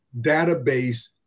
database